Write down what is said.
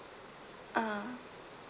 ah